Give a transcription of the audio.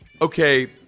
Okay